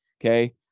Okay